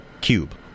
cube